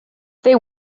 they